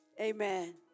Amen